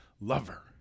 lover